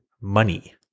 money